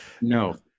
no